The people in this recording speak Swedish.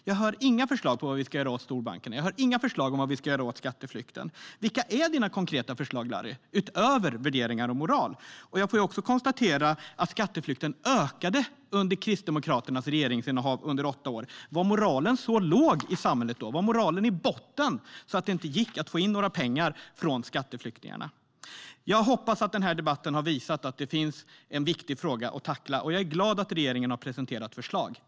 Jag hör inga förslag på vad vi ska göra åt storbankerna, inga förslag på vad vi ska göra åt skatteflykten. Vilka är dina konkreta förslag, Larry, utöver värderingar och moral? Jag får också konstatera att skatteflykten ökade under Kristdemokraternas regeringsinnehav under åtta år. Var moralen så låg i samhället då? Var moralen i botten, så att det inte gick att få in några pengar från skatteflyktingarna? Jag hoppas att den här debatten har visat att det finns en viktig fråga att tackla, och jag är glad att regeringen har presenterat förslag.